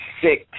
six